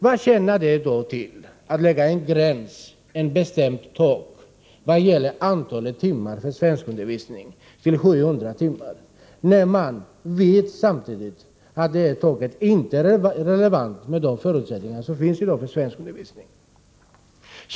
Vad tjänar det till att sätta en gräns, ett bestämt tak, på 700 timmar för svenskundervisningen när man vet att det över huvud taget inte är relevant för de förutsättningar som i dag gäller för svenskundervisningen?